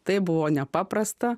tai buvo nepaprasta